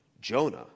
jonah